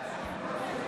בבקשה,